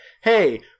hey